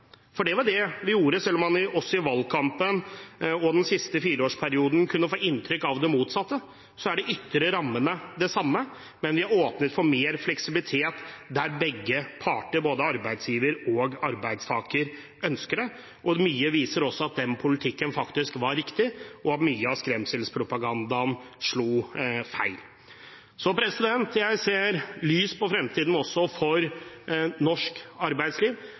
rammene. Det var det vi gjorde. Selv om man også i valgkampen og den siste fireårsperioden kunne få inntrykk av det motsatte, er de ytre rammene de samme, men vi har åpnet for mer fleksibilitet der begge parter, både arbeidsgiver og arbeidstaker, ønsker det. Mye viser at også den politikken faktisk var riktig, og at mye av skremselspropagandaen slo feil. Så jeg ser lyst på fremtiden også for norsk arbeidsliv,